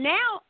Now